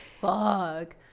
fuck